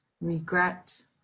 regret